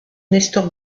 nestor